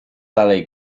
dalej